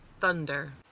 Thunder